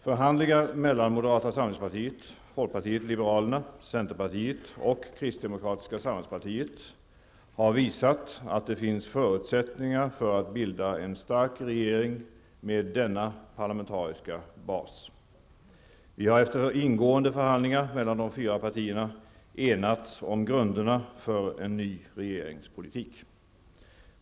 Förhandlingar mellan moderata samlingspartiet, folkpartiet liberalerna, centerpartiet och kristdemokratiska samhällspartiet har visat att det finns förutsättningar för att bilda en stark regering med denna parlamentariska bas. Vi har efter ingående förhandlingar mellan de fyra partierna enats om grunderna för en ny regeringspolitik.